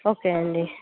okay అండి